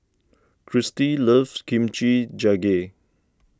Chrissy loves Kimchi Jjigae